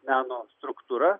meno struktūra